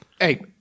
hey